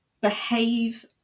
behave